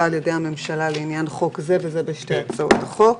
על ידי הממשלה לעניין חוק זה וזה בשתי הצעות החוק.